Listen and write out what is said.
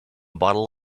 bottle